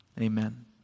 Amen